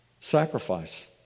Sacrifice